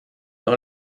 dans